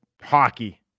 hockey